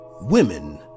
Women